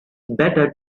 better